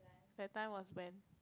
that time was when